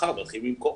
מחר מתחילים למכור.